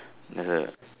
there's a